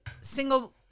single